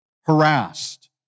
harassed